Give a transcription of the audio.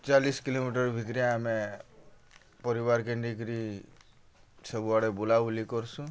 ଚାଲିଶ୍ କିଲୋମିଟର୍ ଭିତ୍ରେ ଆମେ ପରିବାର୍କେ ନେଇକିରି ସବୁଆଡ଼େ ବୁଲାବୁଲି କର୍ସୁଁ